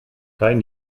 kein